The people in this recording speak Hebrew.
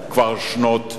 כבר שנות דור.